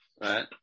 right